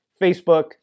Facebook